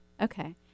Okay